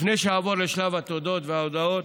לפני שאעבור לשלב התודות וההודאות,